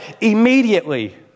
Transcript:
immediately